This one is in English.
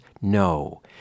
no